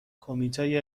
کمیته